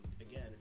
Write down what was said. again